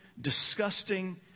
disgusting